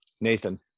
nathan